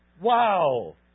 Wow